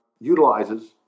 utilizes